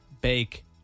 bake